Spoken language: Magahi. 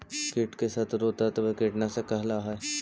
कीट के शत्रु तत्व कीटनाशक कहला हई